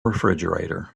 refrigerator